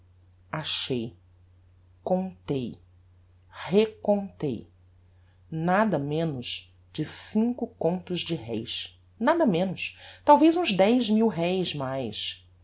achei contei recontei nada menos de cinco contos de reis nada menos talvez um dez mil reis mais